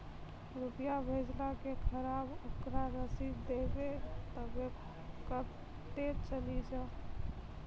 रुपिया भेजाला के खराब ओकरा रसीद देबे तबे कब ते चली जा?